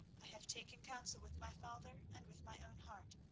i have taken counsel with my father and with my own heart.